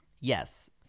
Yes